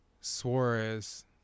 Suarez